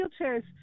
wheelchairs